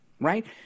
right